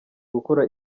gukora